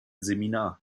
seminar